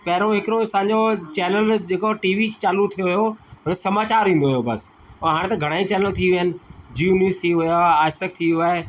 पहिरियों हिकिड़ो असांजो चैनल जेको टीवी चालू थियो हुयो हुन में समाचारु ईंदो हुओ बसि ऐं त घणा ई चालू थी विया आहिनि जी न्यूज़ थी वियो आजतक थी वियो आहे